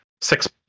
six